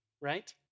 right